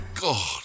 God